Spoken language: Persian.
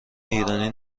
ایرانی